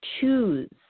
choose